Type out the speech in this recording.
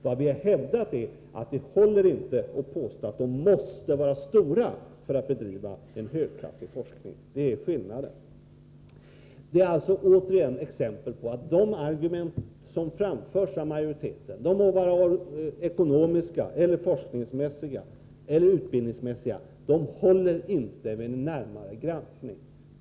Vad vi har hävdat är att det inte håller att påstå att fakulteterna måste vara stora för att kunna bedriva en högklassig forskning. Det är skillnaden. Detta är återigen exempel på att de argument som framförs av majoriteten — de må vara ekonomiska eller forskningsmässiga eller utbildningsmässiga — inte håller vid närmare granskning.